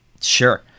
Sure